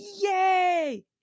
yay